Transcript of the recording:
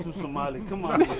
somali, come on